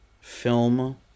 film